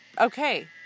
okay